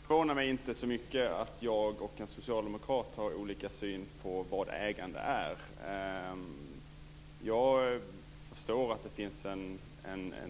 Fru talman! Det förvånar mig inte så mycket att jag och en socialdemokrat har olika syn på vad ägande är. Jag förstår att det finns